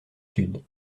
sud